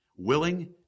willing